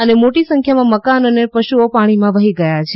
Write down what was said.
અને મોટી સંખ્યામાં મકાનો અને પશુઓ પાણીમાં વહી ગયા છે